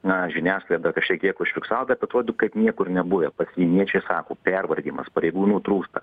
na žiniasklaida kažkiek užfiksavo bet atrodytų kad niekur nebuvę pasieniečiai sako pervargimas pareigūnų trūksta